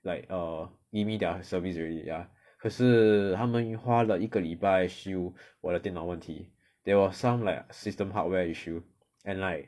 like err give me their service already ya 可是他们花了一个礼拜修我的电脑问题 there were some like system hardware issue and like